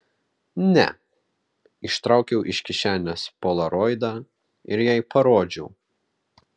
ne ištraukiau iš kišenės polaroidą ir jai parodžiau